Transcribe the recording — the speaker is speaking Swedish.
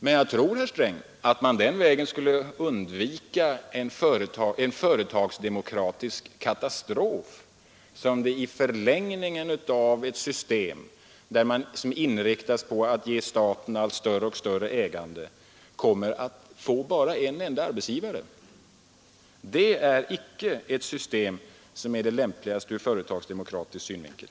Men jag tror, herr Sträng, att man den vägen skulle kunna undvika den företagsdemokratiska katastrof, som ligger i förlängningen av ett system som inriktar sig på att ge staten större och större ägande, vilket så småningom medför att man kommer att få bara en enda arbetsgivare. Det är icke det system som är det lämpligaste ur företagsdemokratisk synvinkel.